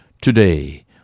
today